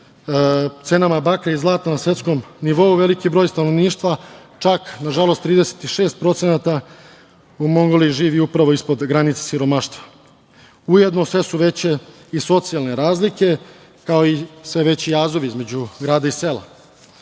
cenama bakra i zlata na svetskom nivou, veliki broj stanovništva, čak 36%, u Mongoliji živi upravo ispod granice siromaštva. Ujedno, sve su veće i socijalne razlike, kao i sve veći jazovi između grada i